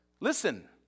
Listen